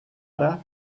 ara